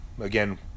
Again